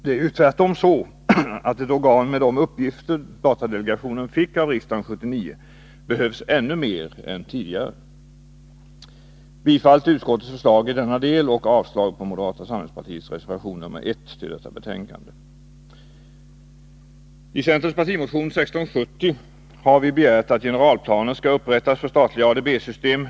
Det är ju tvärtom så att ett organ med de uppgifter datadelegationen fick av riksdagen 1979 behövs ännu mer än tidigare. Jag yrkar bifall till utskottets förslag i denna del och avslag på moderata samlingspartiets reservation nr 1 till detta betänkande. I centerns partimotion 1670 har vi begärt att generalplaner skall upprättas för statliga ADB-system.